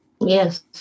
Yes